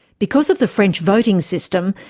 because of the french voting system,